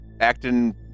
acting